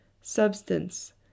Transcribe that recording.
substance